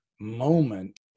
moment